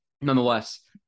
nonetheless